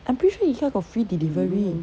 I'm pretty sure ikea got free delivery